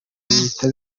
bihita